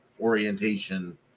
orientation